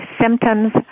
Symptoms